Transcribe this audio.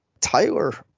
Tyler